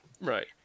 Right